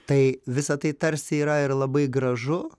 tai visa tai tarsi yra ir labai gražu